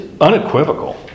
unequivocal